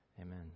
Amen